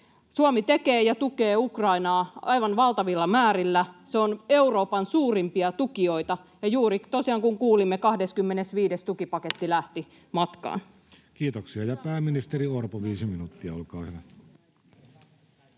Suomi tekee ja tukee Ukrainaa aivan valtavilla määrillä. Se on Euroopan suurimpia tukijoita, ja juuri tosiaan, kuten kuulimme, 25. tukipaketti lähti matkaan. [Speech 271] Speaker: Jussi Halla-aho